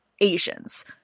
Asians